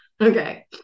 Okay